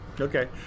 Okay